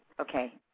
okay